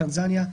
טנזניה,